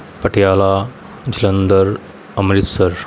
Patiala Jalandhar Amritsar